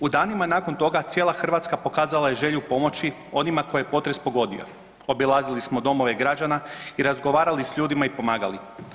U danima nakon toga cijela Hrvatska pokazala je želju pomoći onima koje je potres pogodio, obilazili smo domove građana i razgovarali s ljudima i pomagali.